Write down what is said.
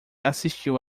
assistiu